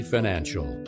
Financial